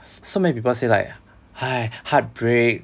so many people say like !hais! heartbreak